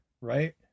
right